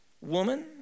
Woman